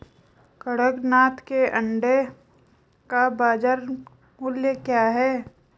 कड़कनाथ के अंडे का बाज़ार मूल्य क्या है?